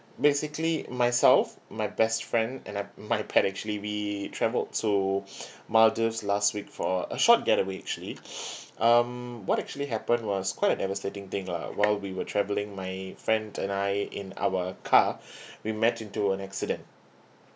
basically myself my best friend and uh my pet actually we travelled to maldives last week for a short getaway actually um what actually happened was quite a devastating thing lah while we were travelling my friend and I in our car we met into an accident